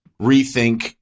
rethink